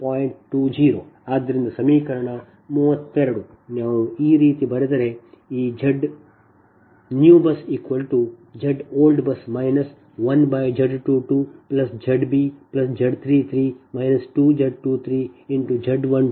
ಆದ್ದರಿಂದ n 3 i 2 j 3 ಮತ್ತು Z b Z 23 0